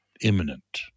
imminent